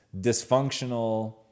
dysfunctional